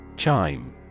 Chime